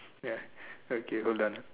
ya okay hold on ah